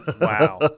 Wow